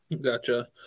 Gotcha